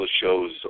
shows